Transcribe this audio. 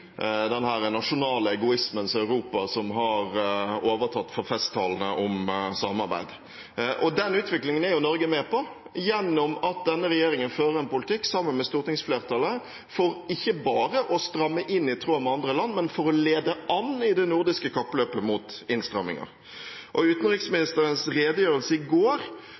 den nasjonale egoismens Europa som har overtatt for festtalene om samarbeid. Den utviklingen er Norge med på gjennom at denne regjeringen fører en politikk – sammen med stortingsflertallet – for ikke bare å stramme inn i tråd med andre land, men for å lede an i det nordiske kappløpet for innstramminger. Utenriksministerens redegjørelse i går